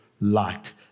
light